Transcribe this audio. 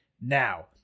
now